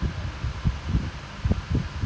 lah easy because like uh a lot of people free but